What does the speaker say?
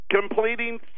completing